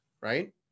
right